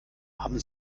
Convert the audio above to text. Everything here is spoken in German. haben